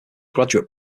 graduate